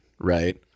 right